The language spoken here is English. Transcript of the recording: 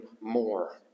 more